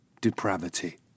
depravity